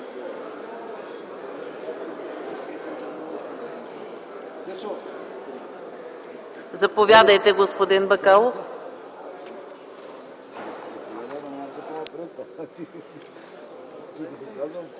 Заповядайте, господин Бакалов.